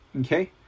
Okay